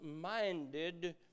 minded